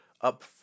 up